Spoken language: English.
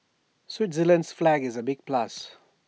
Switzerland's flag is A big plus